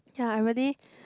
ya I really